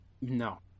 No